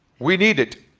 we need it.